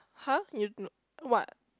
huh you what